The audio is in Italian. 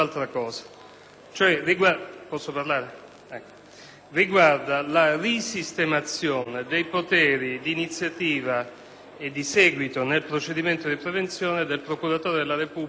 cioè la risistemazione dei poteri di iniziativa e di seguito nel procedimento di prevenzione del procuratore della Repubblica ordinario e del procuratore distrettuale antimafia.